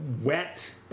wet